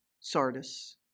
Sardis